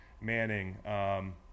Manning